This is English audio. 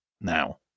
now